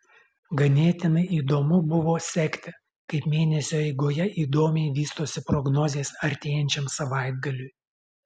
ganėtinai įdomu buvo sekti kaip mėnesio eigoje įdomiai vystosi prognozės artėjančiam savaitgaliui